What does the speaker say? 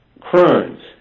crimes